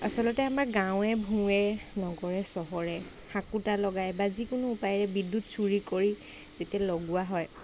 আচলতে আমাৰ গাঁৱে ভূঞে নগৰে চহৰে হাকোটা লগাই বা যিকোনো উপায়েৰে বিদ্যুৎ চুৰি কৰি যেতিয়া লগোৱা হয়